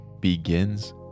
begins